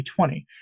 2020